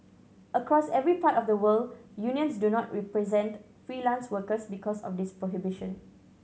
across every part of the world unions do not represent freelance workers because of this prohibition